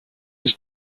his